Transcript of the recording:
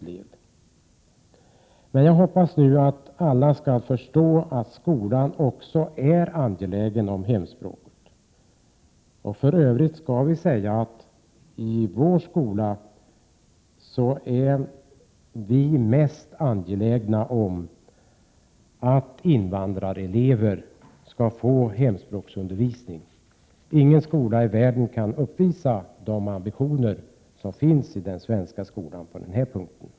Jag hoppas att alla nu skall förstå att skolan är angelägen om hemspråket. I vår skola är vi mest angelägna om att invandrarelever får hemspråksundervisning. Ingen skola i världen kan uppvisa samma ambition som den svenska skolan har på denna punkt.